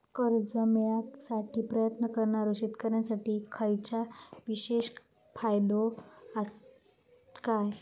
कर्जा मेळाकसाठी प्रयत्न करणारो शेतकऱ्यांसाठी खयच्या विशेष फायदो असात काय?